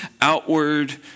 outward